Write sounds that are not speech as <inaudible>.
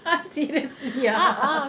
<laughs> !huh! seriously ah <laughs>